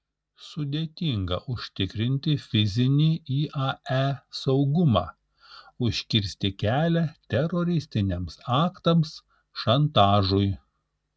sudėtinga užtikrinti fizinį iae saugumą užkirsti kelią teroristiniams aktams šantažui